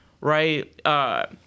right